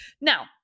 now